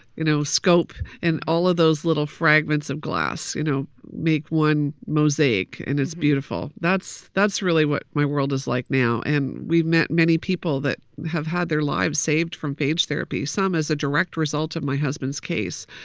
you know, scope and all of those little fragments of glass, you know, make one mosaic, and it's beautiful. that's that's really what my world is like now and we met many people that have had their lives saved from phage therapy, some as a direct result of my husband's case.